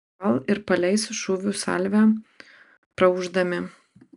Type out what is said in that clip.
gal ir paleis šūvių salvę praūždami